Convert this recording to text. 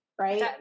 right